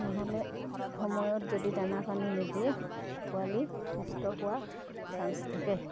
নহ'লে সময়ত যদি দানা পানী নিদিয়ে পোৱালি নষ্ট হোৱাৰ চান্স থাকে